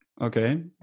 Okay